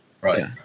right